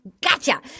gotcha